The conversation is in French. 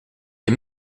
les